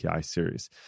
series